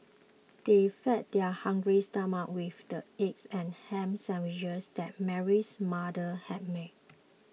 they fed their hungry stomachs with the egg and ham sandwiches that Mary's mother had made